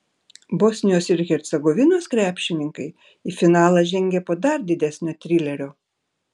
bosnijos ir hercegovinos krepšininkai į finalą žengė po dar didesnio trilerio